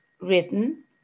written